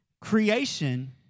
Creation